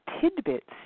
tidbits